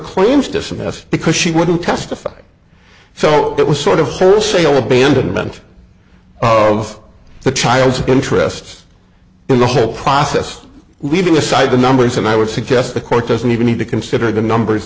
claims dismissed because she wouldn't testify so it was sort of wholesale abandonment of the child's interests in the whole process leaving aside the numbers and i would suggest the court doesn't even need to consider the numbers